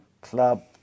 club